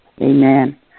Amen